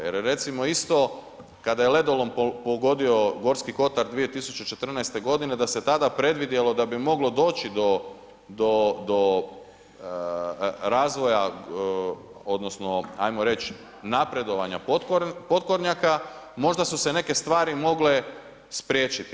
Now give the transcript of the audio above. Jer recimo isto kada je ledolom pogodio Gorski kotar 2014. da se tada predvidjelo da bi moglo doći do razvoja odnosno ajmo reći napredovanja potkornjaka, možda su se neke stvari mogle spriječiti.